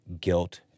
guilt